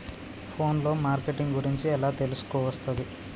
Phone లో marketing గురించి ఎలా తెలుసుకోవస్తది?